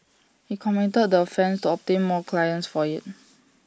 he committed the offences to obtain more clients for IT